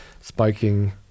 spiking